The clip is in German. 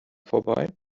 vorbei